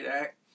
Act